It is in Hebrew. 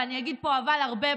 ואני אגיד פה "אבל" הרבה,